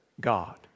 God